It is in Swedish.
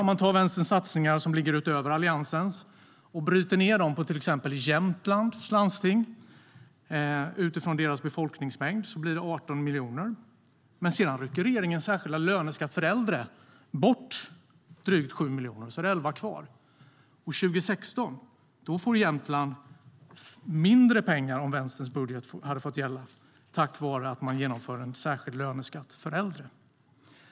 Om man tar vänsterns satsningar som ligger utöver Alliansens och bryter ned dem på exempelvis Jämtlands läns landsting blir det 18 miljoner utifrån deras befolkningsmängd. Men sedan rycker regeringens särskilda löneskatt för äldre bort drygt 7 miljoner. Då blir det 11 kvar. År 2016 skulle Jämtland få mindre pengar om vänsterns budget hade fått gälla, tack vare att man genomför en särskild löneskatt för äldre.